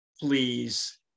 Please